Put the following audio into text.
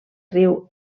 riu